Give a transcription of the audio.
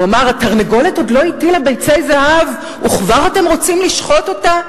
הוא אמר: התרנגולת עוד לא הטילה ביצי זהב וכבר אתם רוצים לשחוט אותה?